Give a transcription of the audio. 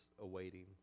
awaiting